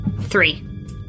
Three